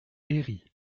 héry